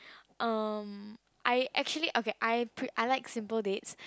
um I actually okay I pre I like simple dates